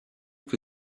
que